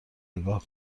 نگاه